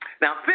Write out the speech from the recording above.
Now